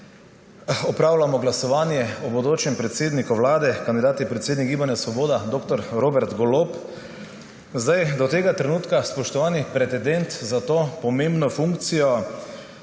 opravljamo glasovanje o bodočem predsedniku Vlade. Kandidat je predsednik Gibanja Svoboda dr. Robert Golob. Zdaj do tega trenutka, spoštovani pretendent za to pomembno funkcijo,